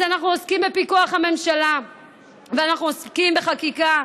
אז אנחנו עוסקים בפיקוח על הממשלה ואנחנו עסוקים בחקיקה,